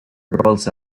rolls